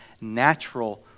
natural